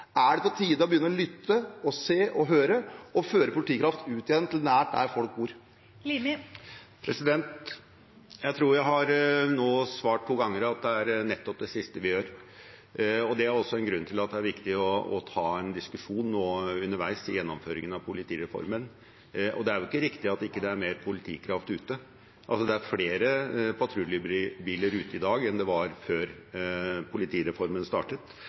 Er det på tide å begynne å lytte, se og høre og å føre politikraft ut igjen nær der folk bor? Jeg tror jeg har svart to ganger nå at vi gjør nettopp det siste, og det er én grunn til at det er viktig å ta en diskusjon underveis i gjennomføringen av politireformen. Det er ikke riktig at det ikke er mer politikraft ute. I dag er det flere patruljebiler ute enn før politireformen startet.